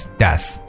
death